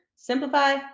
Simplify